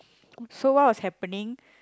so what was happening